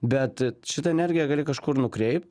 bet šitą energiją gali kažkur nukreip